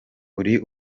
uri